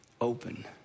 open